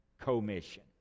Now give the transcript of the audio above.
commission